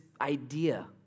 idea